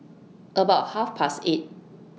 about Half Past eight